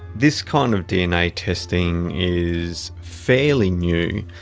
this kind of dna testing is fairly new,